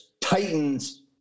Titans